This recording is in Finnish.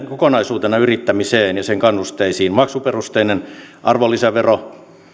kokonaisuutena yrittämiseen ja sen kannusteisiin maksuperusteinen arvonlisävero